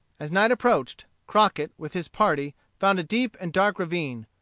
as night approached crockett, with his party, found a deep and dark ravine,